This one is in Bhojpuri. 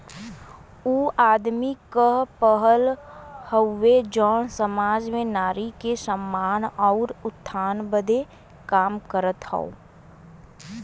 ऊ आदमी क पहल हउवे जौन सामाज में नारी के सम्मान आउर उत्थान बदे काम करत हौ